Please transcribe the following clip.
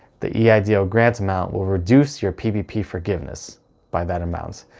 the eidl grant amount will reduce your ppp forgiveness by that amount.